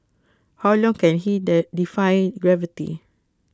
how long can he defy gravity